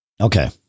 Okay